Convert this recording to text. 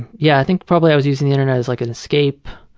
yeah, i think probably i was using the internet as like an escape